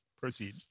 Proceed